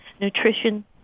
nutrition